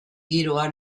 giroa